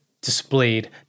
displayed